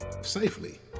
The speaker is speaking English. safely